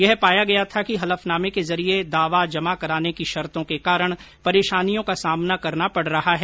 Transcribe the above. यह पाया गया था कि हलफनामे के जरिये दावा जमा कराने की शर्तो के कारण परेशानियों का सामना करना पड़ रहा है